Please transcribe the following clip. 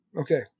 Okay